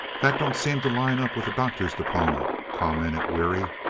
that don't seem to line up with the doctor's diploma, commented weary.